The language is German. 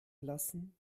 lassen